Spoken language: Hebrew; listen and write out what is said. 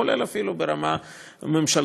כולל אפילו ברמה הממשלתית,